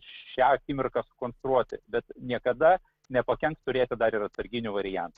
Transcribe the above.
šią akimirką sukonstruoti bet niekada nepakenks turėti dar ir atsarginių variantų